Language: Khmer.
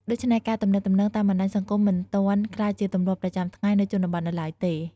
ដូច្នេះការទំនាក់ទំនងតាមបណ្ដាញសង្គមមិនទាន់ក្លាយជាទម្លាប់ប្រចាំថ្ងៃនៅជនបទនៅឡើយទេ។